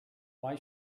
why